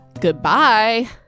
Goodbye